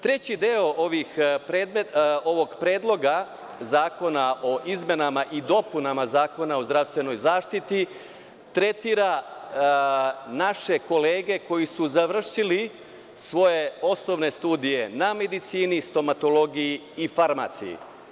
Treći deo ovog predloga Zakona o izmenama i dopunama Zakona o zdravstvenoj zaštiti tretira naše kolege koji su završili svoje osnovne studije na medicini, stomatologiji i farmaciji.